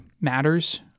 Matters